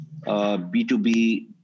B2B